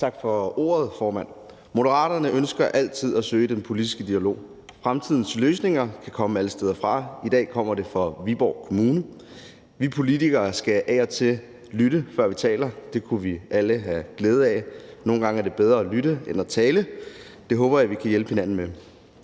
Tak for ordet, formand. Moderaterne ønsker altid at søge den politiske dialog. Fremtidens løsninger kan komme alle steder fra, i dag kommer det fra Viborg Kommune. Vi politikere skal af og til lytte, før vi taler. Det kunne vi alle have glæde af. Nogle gange er det bedre at lytte end at tale. Det håber jeg vi kan hjælpe hinanden med.